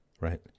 Right